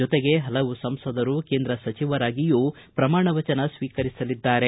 ಜೊತೆಗೆ ಹಲವು ಸಂಸದರು ಕೇಂದ್ರ ಸಚಿವರಾಗಿಯೂ ಪ್ರಮಾಣ ವಚನ ಸ್ವೀಕರಿಸಲಿದ್ದಾರೆ